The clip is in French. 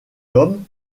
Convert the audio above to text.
homme